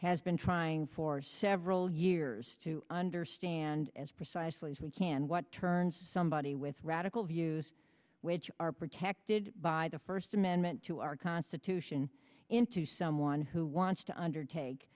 has been trying for several years to understand as precisely as we can what turns somebody with radical views which are protected by the first amendment to our constitution into someone who wants to undertake